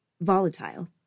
Volatile